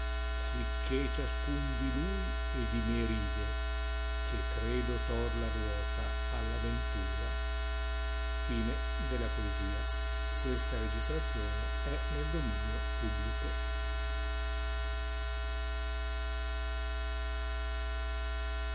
sicché ciascun di lui e di me ride che credo tor la ruota alla ventura a questa registrazione è nel dominio pubblico